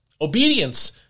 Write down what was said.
obedience